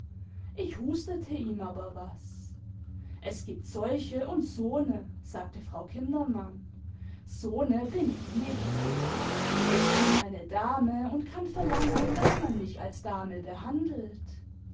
ich hustete ihm aber was es gibt solche und so ne sagte frau kindermann so ne bin ich nicht ich bin eine dame und kann verlangen daß man mich als dame behandelt